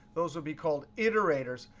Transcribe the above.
those will be called iterators.